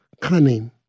cunning